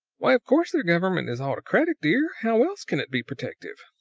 why, of course their government is autocratic, dear! how else can it be protective?